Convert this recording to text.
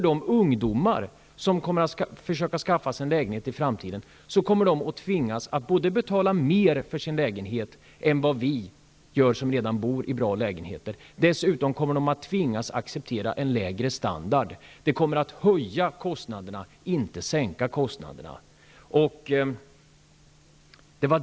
De ungdomar som i framtiden försöker skaffa sig en lägenhet kommer att tvingas betala mer för sin lägenhet än vad vi som redan bor i bra lägenheter gör. Dessutom kommer ungdomarna att vara tvungna att acceptera en lägre standard. Kostnaderna kommer att öka, inte minska.